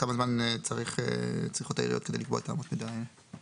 כמה זמן צריכות העיריות כדי לקבוע את אמות המידה האלה.